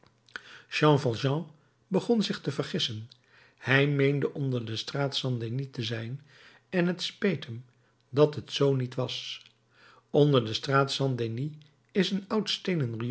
jean valjean begon zich te vergissen hij meende onder de straat st denis te zijn en het speet hem dat het zoo niet was onder de straat st denis is een